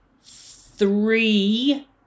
three